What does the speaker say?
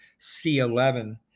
C11